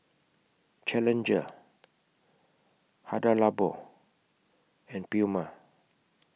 Challenger Hada Labo and Puma